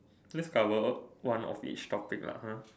let's cover one of each topic lah !huh!